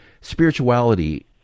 Spirituality